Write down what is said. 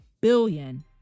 billion